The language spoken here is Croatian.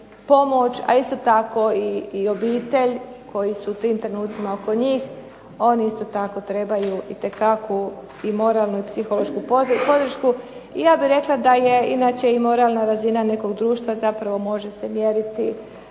pomoć, a isto tako i obitelj koji su u tim trenucima oko njih oni isto tako trebaju itekakvu i moralnu i psihološku podršku. I ja bih rekla da je inače i moralna razina nekog društva, zapravo može se mjeriti